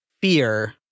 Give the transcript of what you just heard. fear